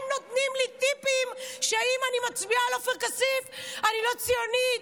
הם נותנים לי טיפים שאם אני מצביעה על עופר כסיף אני לא ציונית,